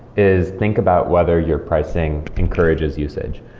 is think about whether your pricing encourages usage.